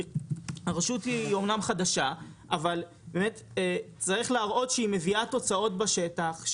הרשות היא אמנם חדשה אבל באמת צריך להראות שהיא מביאה תוצאות בשטח.